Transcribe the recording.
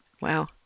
Wow